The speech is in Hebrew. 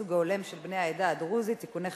הייצוג ההולם של בני העדה הדרוזית (תיקוני חקיקה),